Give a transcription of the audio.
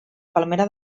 palmera